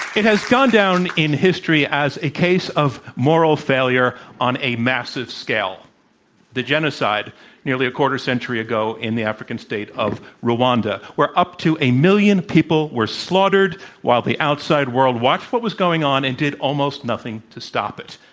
it has gone down in history as a case of moral failure on a massive scale the genocide nearly a quarter-century ago in the african state of rwanda, where up to a million people were slaughtered while the outside world watched what was going on and did almost nothing to stop it.